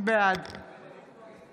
בעד